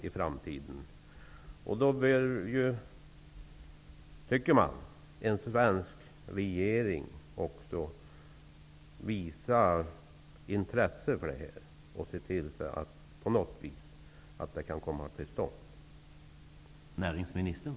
Man tycker då att vår svenska regering bör visa intresse för detta och se till att en lösning kan komma till stånd.